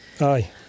Aye